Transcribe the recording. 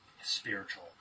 Spiritual